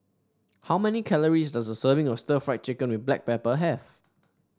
how many calories does a serving of stir Fry Chicken with Black Pepper have